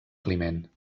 climent